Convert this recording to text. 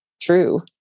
true